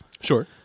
Sure